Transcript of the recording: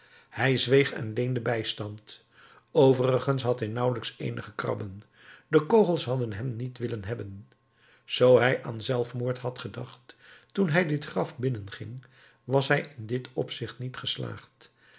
hij zweeg en leende bijstand overigens had hij nauwelijks eenige krabben de kogels hadden hem niet willen hebben zoo hij aan zelfmoord had gedacht toen hij dit graf binnenging was hij in dit opzicht niet geslaagd